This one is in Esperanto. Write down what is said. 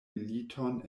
militon